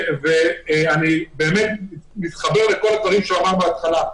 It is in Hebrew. אני באמת מתחבר לכל הדברים שהוא אמר בהתחלה.